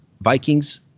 Vikings